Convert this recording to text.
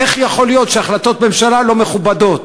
איך יכול להיות שהחלטות ממשלה לא מכובדות?